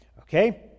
okay